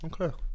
Okay